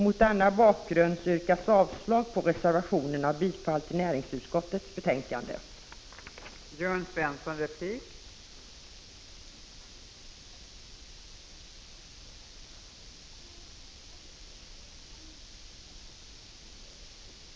Mot denna bakgrund yrkas avslag på reservationerna och bifall till hemställan i näringsutskottets betänkande 6.